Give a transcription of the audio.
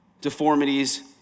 deformities